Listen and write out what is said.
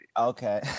Okay